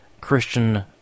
Christian